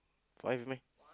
why with me